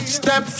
step